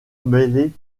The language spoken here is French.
mêlée